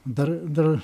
dar dar